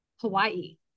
Hawaii